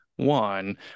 one